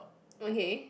okay